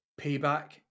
payback